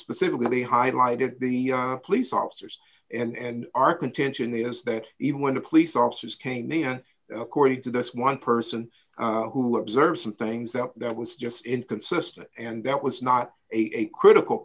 specifically highlighted the police officers and our contention is that even when the police officers came in and according to this one person who observed some things that that was just inconsistent and that was not a critical